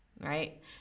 right